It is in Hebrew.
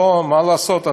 מה לעשות,